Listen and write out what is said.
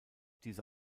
diese